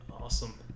Awesome